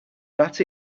that